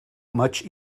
much